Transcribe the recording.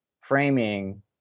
framing